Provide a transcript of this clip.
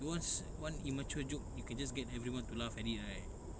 once one immature joke you can just get everyone to laugh at it right